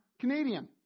Canadian